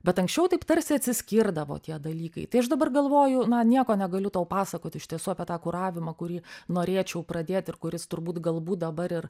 bet anksčiau taip tarsi atsiskirdavo tie dalykai tai aš dabar galvoju na nieko negaliu tau pasakot iš tiesų apie tą kuravimą kurį norėčiau pradėt ir kuris turbūt galbūt dabar ir